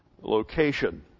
location